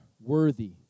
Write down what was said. worthy